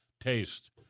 taste